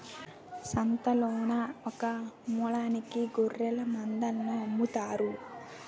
సంతలోన ఒకమూలకి గొఱ్ఱెలమందలను అమ్ముతారు